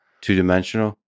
Two-dimensional